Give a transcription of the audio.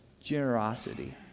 generosity